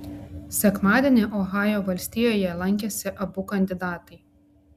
sekmadienį ohajo valstijoje lankėsi abu kandidatai